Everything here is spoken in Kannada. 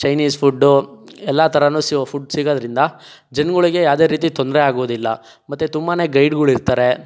ಚೈನೀಸ್ ಫುಡ್ಡು ಎಲ್ಲ ಥರವೂ ಸಿಗ್ ಫುಡ್ ಸಿಗೋದ್ರಿಂದ ಜನಗಳಿಗೆ ಯಾವುದೇ ರೀತಿ ತೊಂದರೆಯಾಗೋದಿಲ್ಲ ಮತ್ತೆ ತುಂಬನೇ ಗೈಡ್ಗಳಿರ್ತಾರೆ